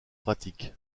pratique